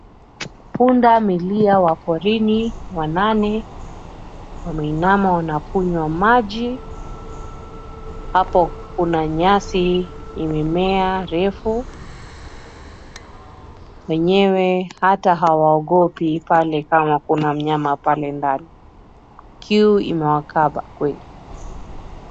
Punda milia wa porini wanane wameinanama wanakunyua maji, hapo kuna nyasi imemea refu. Wenyewe hata hawaogopi pale kama kuna mnyama pale ndani, kiu imewakaba kweli.